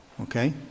okay